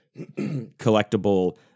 collectible